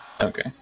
Okay